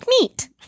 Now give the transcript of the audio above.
meat